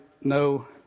no